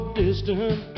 distant